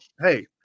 Hey